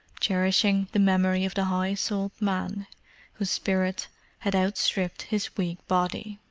cherishing the memory of the high-souled man whose spirit had outstripped his weak body.